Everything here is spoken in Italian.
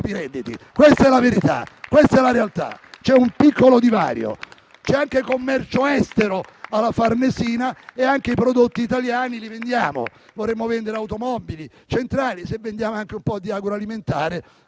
redditi. Questa è la verità. Questa è la realtà. C'è un piccolo divario. C'è anche commercio estero alla Farnesina e anche i prodotti italiani li vediamo, vorremmo vendere automobili, centrali, ma se vendiamo anche un po' di agroalimentare